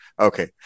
Okay